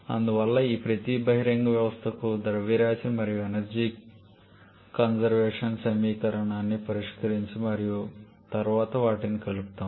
అందువల్ల ఈ ప్రతి బహిరంగ వ్యవస్థకు ద్రవ్యరాశి మరియు ఎనర్జీ కన్జర్వేషన్ సమీకరణాన్ని పరిష్కరించి మరియు తరువాత వాటిని కలుపుతాము